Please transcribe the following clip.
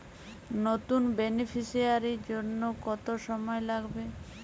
নতুন বেনিফিসিয়ারি জন্য কত সময় লাগবে?